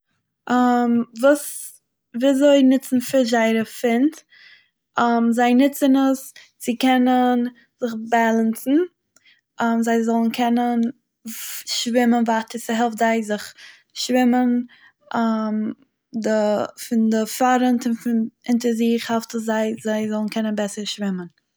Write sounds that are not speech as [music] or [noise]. [hesitation] וויזוי נוצן פיש זייער פינ'ס [hesitation] זיי נוצן עס צו קענען זיך בעלעינסען, [hesitation] זיי זאלן קענען פ- שווימען ווייטער, ס'העלפט זיי זיך, שווימען [hesitation] די [hesitation] פון דער פארנט און פון אונטער זיך העלפט עס זיי זיי זאלן קענען בעסער שווימען.